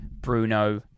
Bruno